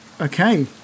okay